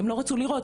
הם לא רצו לראות,